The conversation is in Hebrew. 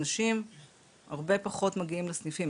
אנשים הרבה פחות מגיעים לסניפים,